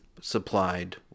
supplied